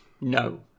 no